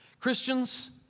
Christians